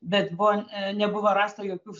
bet buvo nebuvo rasta jokių